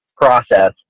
process